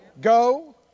Go